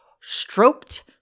stroked